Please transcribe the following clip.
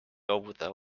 loobuda